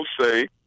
say